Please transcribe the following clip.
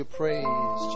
praise